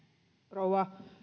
rouva